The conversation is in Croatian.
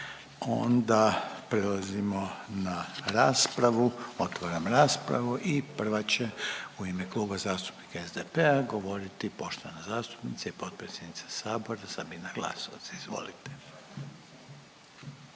Onda prelazimo na raspravu, otvaram raspravu i prva će u ime Kluba zastupnika SDP-a govoriti poštovana zastupnica i potpredsjednica sabora Sabina Glasovac, izvolite.